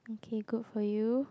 okay good for you